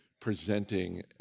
presenting